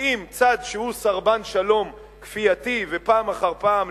עם צד שהוא סרבן שלום כפייתי ופעם אחר פעם,